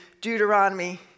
Deuteronomy